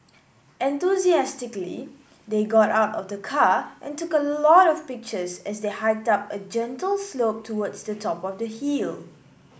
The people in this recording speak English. enthusiastically they got out of the car and took a lot of pictures as they hiked up a gentle slope towards the top of the hill